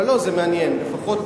אבל לא, זה מעניין לפחות.